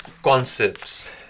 concepts